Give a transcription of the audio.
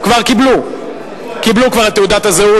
כבר קיבלו, קיבלו כבר את תעודת הזהות.